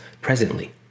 presently